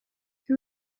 who